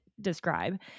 describe